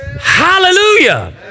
Hallelujah